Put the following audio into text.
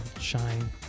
shine